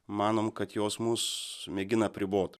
manom kad jos mus mėgina apribot